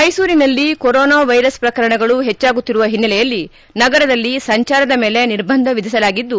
ಮೈಸೂರಿನಲ್ಲಿ corona virus ಪ್ರಕರಣಗಳು ಹೆಚ್ಚಾಗುತ್ತಿರುವ ಹಿನ್ನೆಲೆಯಲ್ಲಿ ನಗರದಲ್ಲಿ ಸಂಜಾರದ ಮೇಲೆ ನಿರ್ಬಂಧ ವಿಧಿಸಲಾಗಿದ್ದು